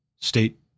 state